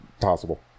Possible